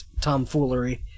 tomfoolery